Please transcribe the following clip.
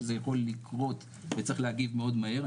שזה יכול לקרות וצריך להגיב מאוד מהר.